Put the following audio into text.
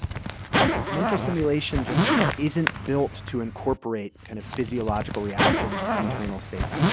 mental simulation just isn't built to incorporate kind of physiological reactions internal states.